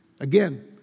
Again